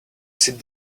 sit